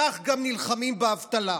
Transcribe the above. כך גם נלחמים באבטלה.